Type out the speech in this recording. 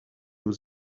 aux